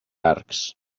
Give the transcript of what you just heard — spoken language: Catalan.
arcs